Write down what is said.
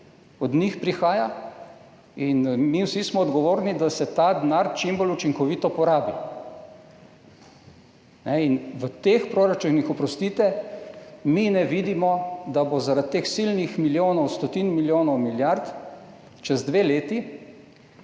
od njih prihaja in mi vsi smo odgovorni, da se ta denar čim bolj učinkovito porabi. V teh proračunih, oprostite, mi ne vidimo, da zaradi teh silnih milijonov, stotin milijonov, milijard recimo čez dve leti